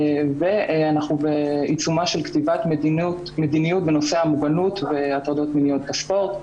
ואנחנו בעיצומה של כתיבת מדיניות בנושא המוגנות והטרדות מיניות בספורט.